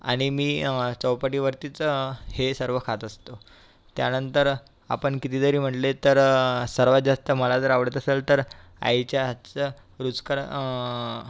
आणि मी चौपाटीवरतीच हे सर्व खात असतो त्यानंतर आपण किती जरी म्हटले तर सर्वात जास्त मला जर आवडत असेल तर आईच्या हातचं रुचकर